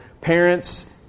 parents